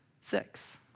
six